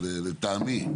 לטעמי.